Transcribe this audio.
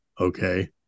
okay